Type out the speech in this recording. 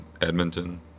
Edmonton